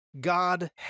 God